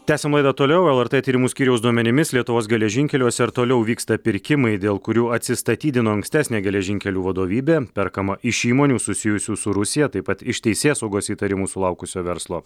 tęsiam laidą toliau lrt tyrimų skyriaus duomenimis lietuvos geležinkeliuose ir toliau vyksta pirkimai dėl kurių atsistatydino ankstesnė geležinkelių vadovybė perkama iš įmonių susijusių su rusija taip pat iš teisėsaugos įtarimų sulaukusio verslo